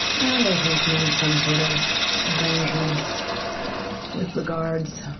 and i think made some sort of arrangements with the guards.